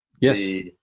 Yes